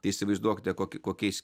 tai įsivaizduokite kokiais